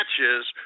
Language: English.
matches